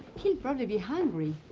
he'll probably be hungry.